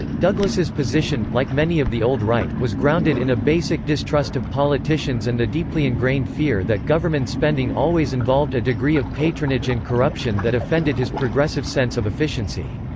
douglas's position, like many of the old right, was grounded in a basic distrust of politicians and the deeply ingrained fear that government spending always involved a degree of patronage and corruption that offended his progressive sense of efficiency.